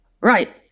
Right